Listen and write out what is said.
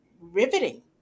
riveting